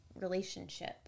relationship